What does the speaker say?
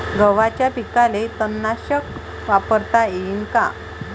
गव्हाच्या पिकाले तननाशक वापरता येईन का?